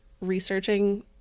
researching